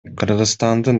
кыргызстандын